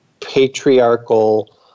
patriarchal